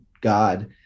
God